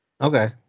Okay